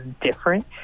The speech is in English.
different